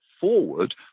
forward